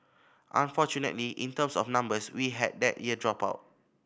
unfortunately in terms of numbers we had that year drop out